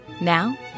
now